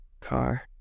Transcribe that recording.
car